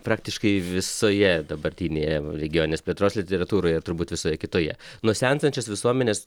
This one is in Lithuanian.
praktiškai visoje dabartinėje regioninės plėtros literatūroje turbūt visoje kitoje nuo senstančios visuomenės